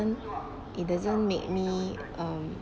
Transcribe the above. it doesn't make me um